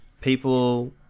people